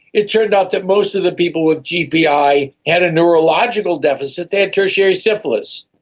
it turned out that most of the people with gpi had a neurological deficit, they had tertiary syphilis.